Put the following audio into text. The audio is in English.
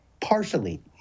partially